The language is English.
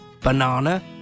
banana